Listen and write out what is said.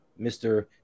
Mr